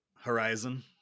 Horizon